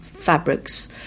fabrics